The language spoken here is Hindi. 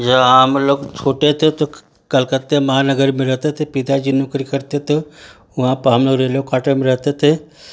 यहाँ हम लोग छोटे थे तो कलकत्ते महानगर में रहते थे पिताजी नौकरी करते थे वहाँ पर हम लोग रेलवे क्वाटर में रहते थे